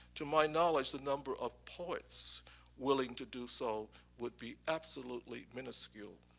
to my knowledge, the number of poets willing to do so would be absolutely miniscule.